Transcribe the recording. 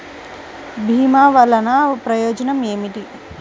భీమ వల్లన ప్రయోజనం ఏమిటి?